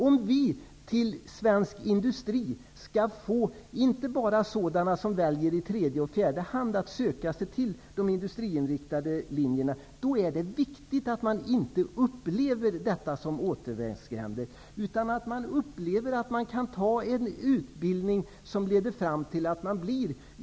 Om vi inte bara skall få sådana elever som väljer att i tredje eller fjärde hand söka sig till industrinriktade linjer till svensk industri, är det viktigt att eleverna inte upplever dessa linjer som återvändsgränder. Det är viktigt att eleverna känner att de kan söka sig till en utbildning som leder fram till ett yrkesarbete.